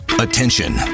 Attention